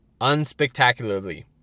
unspectacularly